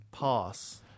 Pass